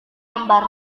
lembar